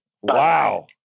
Wow